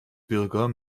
bürger